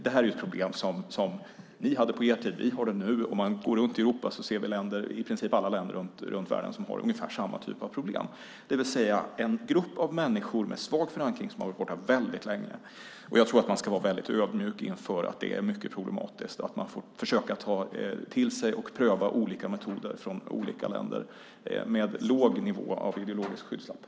Det här är ett problem som ni hade på er tid. Vi har det nu. Vi kan se länder runt om i hela världen som har ungefär samma typ av problem, det vill säga en grupp människor med svag förankring som har varit borta väldigt länge. Jag tror att man ska vara mycket ödmjuk inför att det är mycket problematiskt och att man får försöka att ta till sig och pröva olika metoder från olika länder utan alltför mycket av ideologiska skygglappar.